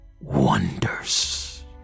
wonders